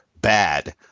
bad